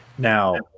Now